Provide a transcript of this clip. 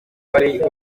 bariko